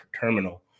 terminal